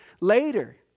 later